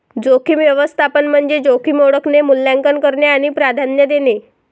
जोखीम व्यवस्थापन म्हणजे जोखीम ओळखणे, मूल्यांकन करणे आणि प्राधान्य देणे